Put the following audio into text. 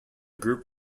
group